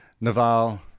Naval